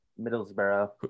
Middlesbrough